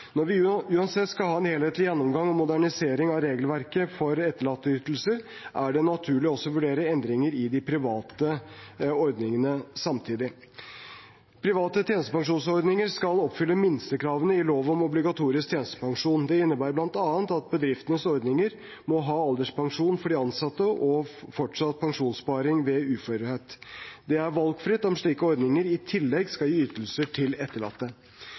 Når vi uansett skal ha en helhetlig gjennomgang og modernisering av regelverket for etterlatteytelser, er det naturlig også å vurdere endringer i de private ordningene samtidig. Private tjenestepensjonsordninger skal oppfylle minstekravene i lov om obligatorisk tjenestepensjon. Det innebærer bl.a. at bedriftenes ordninger må ha alderspensjon for de ansatte og fortsatt pensjonssparing ved uførhet. Det er valgfritt om slike ordninger i tillegg skal gi ytelser til etterlatte.